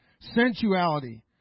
sensuality